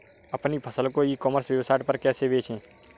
अपनी फसल को ई कॉमर्स वेबसाइट पर कैसे बेचें?